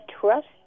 trust